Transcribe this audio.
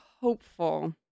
hopeful